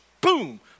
boom